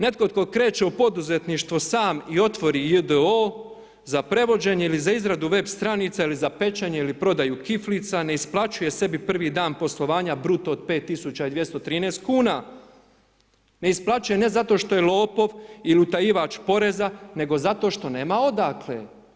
Netko tko kreće u poduzetništvo sam i otvori j.d.o. za prevođenje ili za izradu web stranica ili za pečenje ili prodaju kiflica ne isplaćuje sebi prvi dan poslovanja bruto od 5.213,00 kuna, ne isplaćuje ne zato što je lopov ili utajivač poreza nego zašto nema odakle.